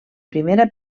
primera